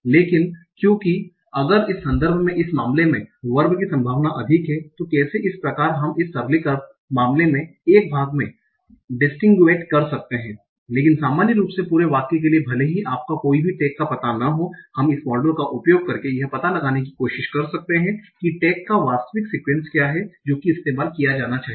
लेकिन क्योंकि अगर इस संदर्भ में इस मामले में वर्ब की संभावना अधिक है तो कैसे इस प्रकार हम इस सरलीकृत मामले में एक भाग में डिएम्बिगूएट कर सकते हैं लेकिन सामान्य रूप से पूरे वाक्य के लिए भले ही आपको कोई भी टैग का पता ना हो हम इस मॉडल का उपयोग करके यह पता लगाने की कोशिश कर सकते हैं कि टैग का वास्तविक सिक्यूएन्स क्या है जो कि इस्तेमाल किया जाना चाहिए